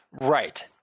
Right